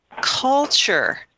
culture